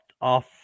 off